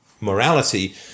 morality